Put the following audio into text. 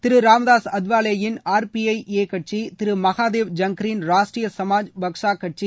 திரு ராம்தாஸ் அத்வாலேயின் R P I A கட்சி திரு மகாதேவ் ஐங்க்கரின் ராஷ்டரிய சமாஜ் பக்சா கட்சி